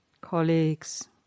colleagues